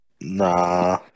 Nah